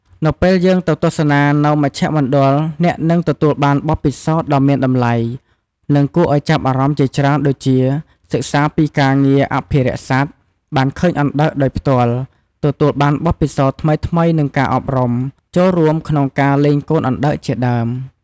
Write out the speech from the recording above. នៅពេលយើងទៅទស្សនានៅមជ្ឈមណ្ឌលអ្នកនឹងទទួលបានបទពិសោធន៍ដ៏មានតម្លៃ និងគួរឱ្យចាប់អារម្មណ៍ជាច្រើនដូចជា សិក្សាពីការងារអភិរក្សសត្វ បានឃើញអណ្ដើកដោយផ្ទាល់ ទទួលបានបទពិសោធន៍ថ្មីៗនឹងការអប់រំ ចូលរួមក្នុងការលែងកូនអណ្ដើកជាដើម ។